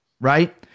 right